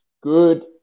good